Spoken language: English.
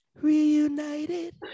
Reunited